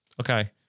Okay